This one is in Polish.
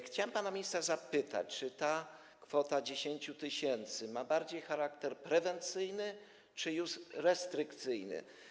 Chciałem pana ministra zapytać: Czy ta kwota 10 tys. ma charakter bardziej prewencyjny, czy już restrykcyjny?